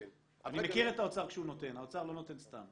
אני מכיר את האוצר כשהוא נותן, האוצר לא נותן סתם.